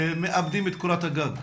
שמאבדים את קורת הגג.